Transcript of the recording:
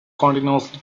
continuously